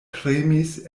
tremis